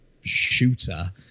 Shooter